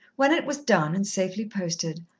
when it was done, and safely posted,